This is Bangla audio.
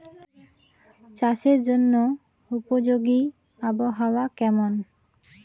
চাষের জন্য উপযোগী আবহাওয়া কেমন?